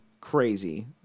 crazy